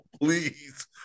please